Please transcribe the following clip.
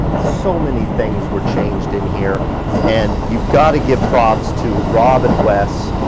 so many things were changed in here and you've gotta give props to rob and wes.